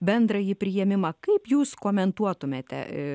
bendrąjį priėmimą kaip jūs komentuotumėte